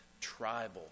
tribal